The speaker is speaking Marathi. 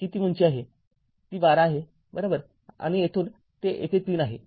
ती ही उंची आहे ती १२ आहे बरोबर आणि ही येथून ते येथे ३ आहे